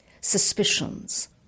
suspicions